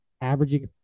averaging